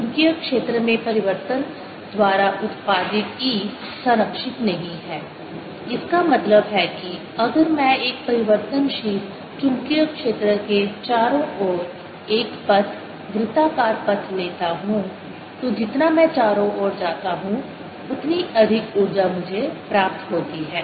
चुंबकीय क्षेत्र में परिवर्तन द्वारा उत्पादित E संरक्षित नहीं है इसका मतलब है कि अगर मैं एक परिवर्तनशील चुंबकीय क्षेत्र के चारों ओर एक पथ वृत्ताकार पथ लेता हूं तो जितना मैं चारों ओर जाता हूं उतनी अधिक ऊर्जा मुझे प्राप्त होती है